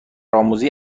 آموزی